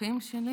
הדפים שלי